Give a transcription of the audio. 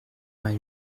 vingt